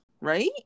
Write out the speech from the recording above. right